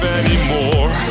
anymore